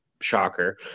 Shocker